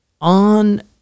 on